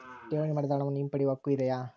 ಠೇವಣಿ ಮಾಡಿದ ಹಣವನ್ನು ಹಿಂಪಡೆಯವ ಹಕ್ಕು ಇದೆಯಾ?